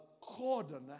cordon